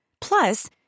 Plus